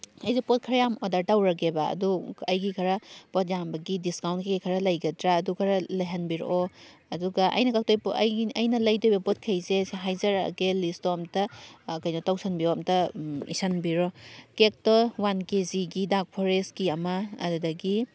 ꯑꯩꯁꯦ ꯄꯣꯠ ꯈꯔ ꯌꯥꯝ ꯑꯣꯔꯗꯔ ꯇꯧꯔꯒꯦꯕ ꯑꯗꯨ ꯑꯩꯒꯤ ꯈꯔ ꯄꯣꯠ ꯌꯥꯝꯕꯒꯤ ꯗꯤꯁꯀꯥꯎꯟ ꯀꯩꯀꯩ ꯈꯔ ꯂꯩꯒꯗ꯭ꯔꯥ ꯑꯗꯨ ꯈꯔ ꯂꯩꯍꯟꯕꯤꯔꯛꯑꯣ ꯑꯗꯨꯒ ꯑꯩꯅ ꯀꯛꯇꯣꯏ ꯄꯣꯠ ꯑꯩꯅ ꯑꯩꯅ ꯂꯩꯗꯣꯔꯤꯕ ꯄꯣꯠꯈꯩꯁꯦ ꯍꯥꯏꯖꯔꯛꯑꯒꯦ ꯂꯤꯁꯇꯣ ꯑꯝꯇ ꯀꯩꯅꯣ ꯇꯧꯁꯟꯕꯤꯌꯣ ꯑꯝꯇ ꯏꯁꯟꯕꯤꯔꯣ ꯀꯦꯛꯇꯣ ꯋꯥꯟ ꯀꯦꯖꯤꯒꯤ ꯗꯥꯔꯛ ꯐꯣꯔꯦꯁꯀꯤ ꯑꯃ ꯑꯗꯨꯗꯒꯤ